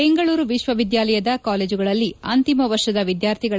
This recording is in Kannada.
ಬೆಂಗಳೂರು ವಿಶ್ವವಿದ್ಯಾಲಯದ ಕಾಲೇಜುಗಳಲ್ಲಿ ಅಂತಿಮ ವರ್ಷದ ವಿದ್ಯಾರ್ಥಿಗಳ